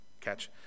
catch